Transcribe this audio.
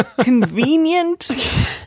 convenient